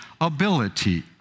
ability